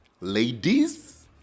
ladies